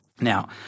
Now